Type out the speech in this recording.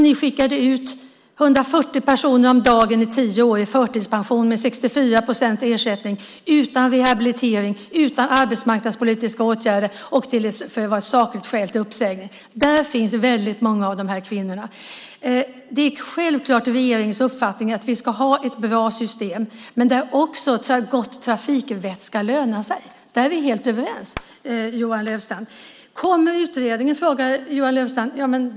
Ni skickade ut 140 personer i förtidspension om dagen i tio år med 64 procent i ersättning, utan rehabilitering och utan arbetsmarknadspolitiska åtgärder för att det var ett sakligt skäl till uppsägning. Där finns många av dessa kvinnor. Det är självklart regeringens uppfattning att vi ska ha ett bra system, men gott trafikvett ska också löna sig. Där är vi helt överens, Johan Löfstrand. Kommer utredningen, frågade Johan Löfstrand.